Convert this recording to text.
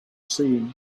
seen